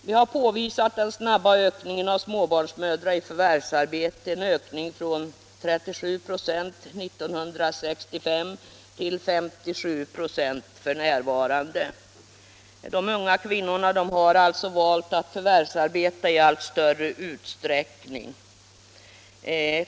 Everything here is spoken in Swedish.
Vi har påvisat den snabba ökningen av småbarnsmödrar i förvärvsarbete från 37 96 1965 till 57 96 f.n. De unga kvinnorna har alltså i allt större utsträckning valt att förvärvsarbeta.